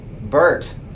Bert